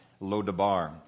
Lodabar